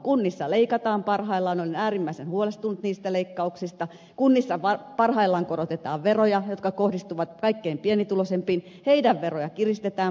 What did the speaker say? kunnissa leikataan parhaillaan olen äärimmäisen huolestunut niistä leikkauksista kunnissa parhaillaan korotetaan veroja jotka kohdistuvat kaikkein pienituloisimpiin heidän verojaan kiristetään parhaillaan